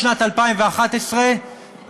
משנת 2011,